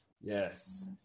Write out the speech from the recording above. Yes